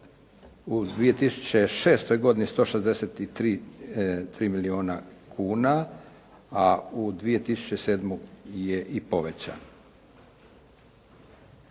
u 2006. godini 163 milijuna kuna, a u 2007. je i povećan.